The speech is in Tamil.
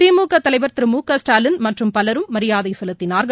திமுக தலைவர் திரு மு க ஸ்டாலின் மற்றும் பலரும் மரியாதை செலுத்தினா்கள்